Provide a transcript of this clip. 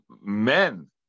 men